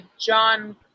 John